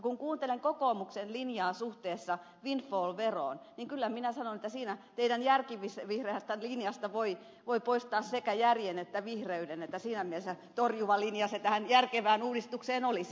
kun kuuntelen kokoomuksen linjaa suhteessa windfall veroon niin kyllä minä sanon että siinä teidän järkivihreästä linjasta voi poistaa sekä järjen että vihreyden siinä mielessä torjuva linja se tähän järkevään uudistukseen olisi